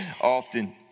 often